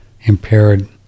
impaired